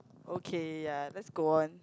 okay ya let's go on